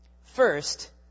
First